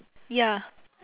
ya